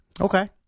Okay